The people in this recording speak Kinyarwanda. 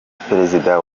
perezida